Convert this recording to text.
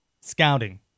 scouting